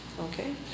okay